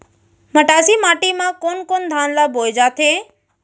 मटासी माटी मा कोन कोन धान ला बोये जाथे?